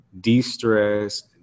de-stress